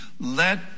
Let